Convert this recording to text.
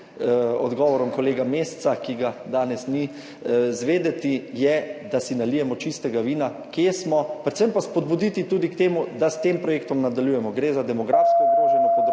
odgovorom kolega Mesca, ki ga danes ni, izvedeti, je, da si nalijemo čistega vina, kje smo. Predvsem pa spodbuditi tudi k temu, da s tem projektom nadaljujemo. Gre za demografsko ogroženo področje